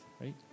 right